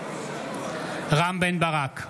רם בן ברק,